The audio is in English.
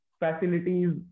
facilities